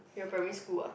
your primary school ah